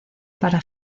para